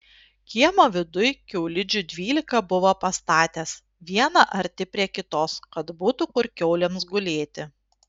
kiemo viduj kiaulidžių dvylika buvo pastatęs vieną arti prie kitos kad būtų kur kiaulėms gulėti